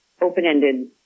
open-ended